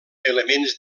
elements